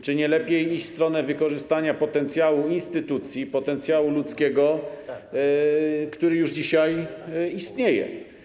Czy nie lepiej iść w stronę wykorzystania potencjału instytucji, potencjału ludzkiego, który już dzisiaj istnieje?